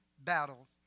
battle